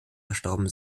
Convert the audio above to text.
verstorben